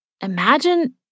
Imagine